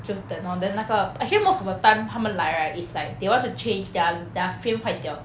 就等 lor then 那个 actually most of the time 他们来 right it's like they want to change their their frame 坏掉